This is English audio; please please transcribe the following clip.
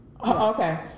Okay